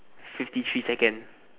fifty three seconds